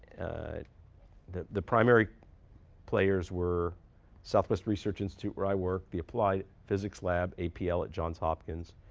ah the the primary players were southwest research institute, where i work, the applied physics lab, apl, at johns hopkins,